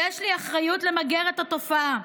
יש לי אחריות למגר את התופעה,